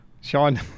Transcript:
Sean